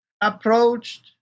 approached